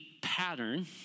pattern